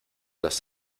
las